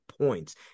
points